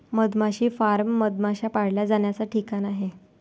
मधमाशी फार्म मधमाश्या पाळल्या जाण्याचा ठिकाण आहे